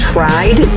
Tried